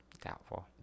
Doubtful